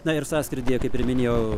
na ir sąskrydyje kaip ir minėjau